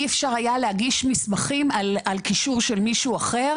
אי אפשר היה להגיש מסמכים על קישור של מישהו אחר,